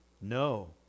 No